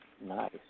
Nice